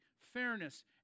fairness